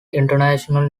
international